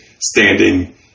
standing